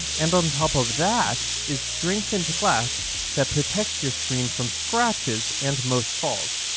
and on top of that is strengthened glass that protects your screen from scratches and most falls.